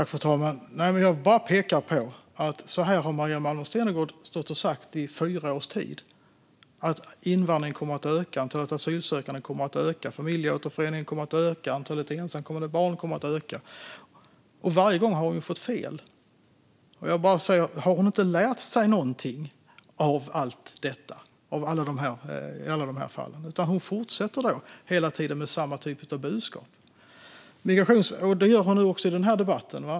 Fru talman! Jag bara pekar på att Maria Malmer Stenergard har stått och sagt så här i fyra års tid: Invandringen kommer att öka, antalet asylsökande kommer att öka, familjeåterföreningen kommer att öka och antalet ensamkommande barn kommer att öka. Varje gång har hon fått fel. Har hon inte lärt sig någonting av allt detta och av alla de här fallen? Hon fortsätter hela tiden med samma typ av budskap, och det gör hon också i den här debatten.